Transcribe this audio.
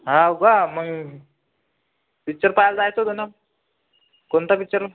हो का मग पिच्चर पाहायला जायचं होता ना कोणता पिच्चर